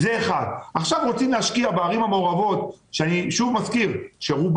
ואם רוצים להשקיע בערים המעורבות שאני שוב מזכיר שהרוב